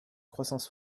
croissance